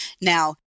Now